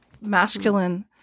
masculine